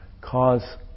cause